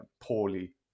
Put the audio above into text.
poorly